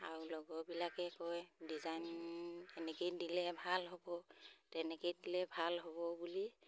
আৰু লগৰবিলাকে কয় ডিজাইন এনেকৈয়ে দিলে ভাল হ'ব তেনেকৈয়ে দিলে ভাল হ'ব বুলি